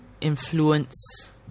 influence